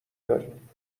داریم